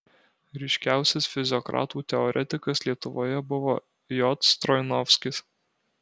ryškiausias fiziokratų teoretikas lietuvoje buvo j stroinovskis